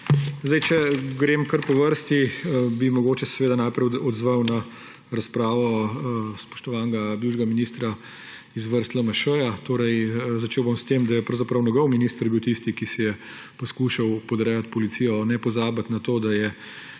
Če grem kar po vrsti, bi se mogoče najprej odzval na razpravo spoštovanega bivšega ministra iz vrst LMŠ. Začel bom s tem, da je pravzaprav njegov minister bil tisti, ki si je poskušal podrejati policijo. Ne pozabiti, da je